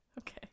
okay